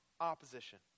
Opposition